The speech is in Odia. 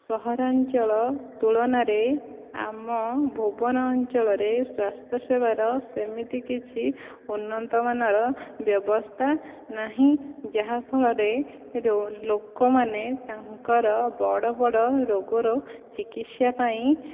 ସହରାଞ୍ଚଳ ତୁଳନାରେ ଆମ ଭୁବନ ଅଞ୍ଚଳରେ ସ୍ୱାସ୍ଥ୍ୟ ସେବାର ସେମିତି କିଛି ଉନ୍ନତମାନର ବ୍ୟବସ୍ଥା ନାହିଁ ଯାହାଫଳରେ ଲୋକମାନେ ତାଙ୍କର ବଡ଼ ବଡ଼ ରୋଗର ଚିକିତ୍ସା ପାଇଁ